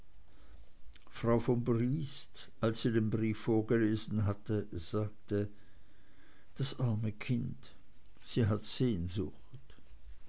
frau von briest als sie den brief vorgelesen hatte sagte das arme kind sie hat sehnsucht